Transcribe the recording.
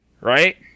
right